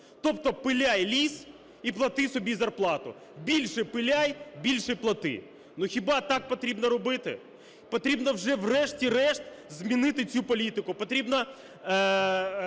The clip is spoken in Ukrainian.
Тобто, пиляй ліс і плати собі зарплату. Більше пиляй, більше плати. Ну, хіба так потрібно робити? Потрібно вже врешті-решт змінити цю політику.